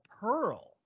Pearl